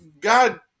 God